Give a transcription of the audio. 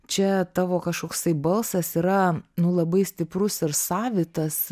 čia tavo kažkoksai balsas yra nu labai stiprus ir savitas